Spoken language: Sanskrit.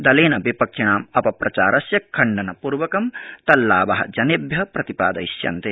दलेन विपक्षिणाम् अपप्रचारस्य खण्डन पूर्वकं तल्लाभा जनेभ्य प्रतिपादयिष्यन्ते